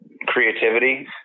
creativity